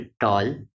tall